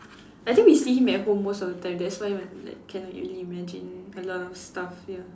I think we see him at home most of the time that's why we like cannot really imagine a lot of stuff ya